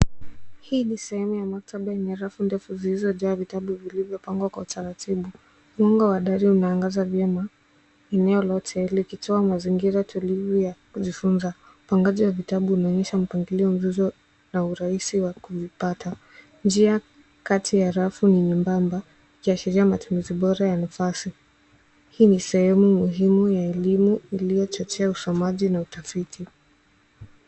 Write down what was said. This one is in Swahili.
Hii ni sehemu ya maktaba yenye rafu ndefu zilizojaa vitabu vilivyopangwa kwa utaratibu. Mwanga wa dari unaangaza vyema eneo lote, likitoa mazingira tulivu ya kujifunza. Upangaji wa vitabu unaonyesha mpangilio mzuri na urahisi wa kuvipata. Njia kati ya rafu ni nyembamba, ikiashiria matumizi bora ya nafasi. Hii ni sehemu muhimu ya elimu iliyochochea usomaji na utafiti.